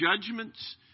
judgments